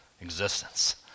existence